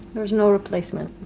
there's no replacement?